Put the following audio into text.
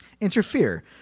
interfere